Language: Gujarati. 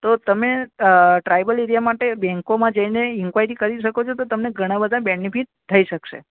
તો તમે ટ્રાયબલ એરિયા માટે બેંકોમાં જઈને ઇન્ક્વાયરી કરી શકો છો તમે તમને ઘણા બધા બેનિફિટ થઇ શકશે